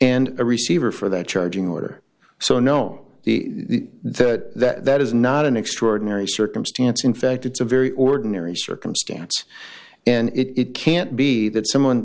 and a receiver for the charging order so i know the that that is not an extraordinary circumstance in fact it's a very ordinary circumstance and it can't be that someone